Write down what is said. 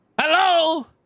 Hello